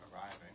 arriving